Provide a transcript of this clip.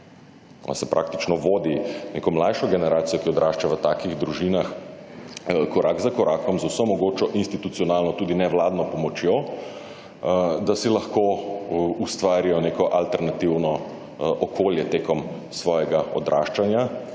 se praktično vodi neko mlajšo generacijo, ki odrašča v takih družinah, korak za korakom z vso mogočo institucionalno, tudi nevladno pomočjo, da si lahko ustvarijo neko alternativno okolje tekom svojega odraščanja